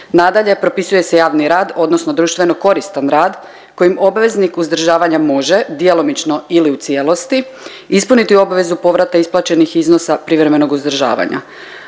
Nadalje propisuje se javni rad odnosno društveno koristan rad kojim obveznik uzdržavanja može djelomično ili u cijelosti, ispuniti obvezu povrata isplaćenih iznosa privremenog uzdržavanja.